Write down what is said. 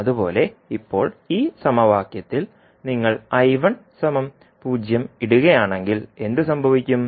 അതുപോലെ ഇപ്പോൾ ഈ സമവാക്യത്തിൽ നിങ്ങൾ 0 ഇടുകയാണെങ്കിൽ എന്ത് സംഭവിക്കും